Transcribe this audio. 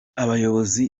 abayobozi